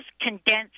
condensed